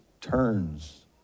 turns